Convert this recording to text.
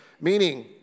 Meaning